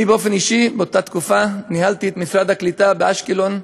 אני באופן אישי באותה תקופה ניהלתי את משרד הקליטה באשקלון,